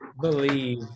believe